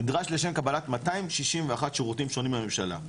נדרש לשם קבלת 261 שירותים שונים בממשלה,